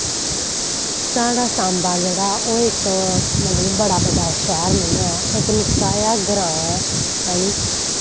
साढ़ा सांबा जेह्ड़ा ओह् इक्क बड़ा बड्डा शैह्र निं ऐ इक्क निक्का जेहा ग्रां ऐ हैनी